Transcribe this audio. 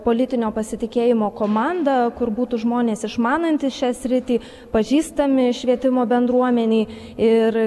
politinio pasitikėjimo komandą kur būtų žmonės išmanantys šią sritį pažįstami švietimo bendruomenei ir